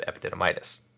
epididymitis